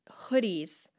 hoodies